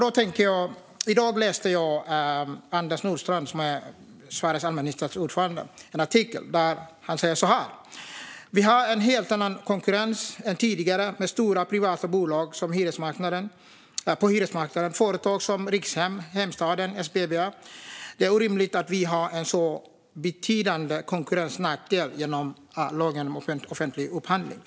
I dag läste jag en artikel där Sveriges allmännyttas vd Anders Nordstrand sa så här: "Vi har en helt annan konkurrens än tidigare med stora, privata bolag på hyresmarknaden - företag som Rikshem, Heimstaden, SBB. Det är orimligt att vi har en så betydande konkurrensnackdel genom LOU."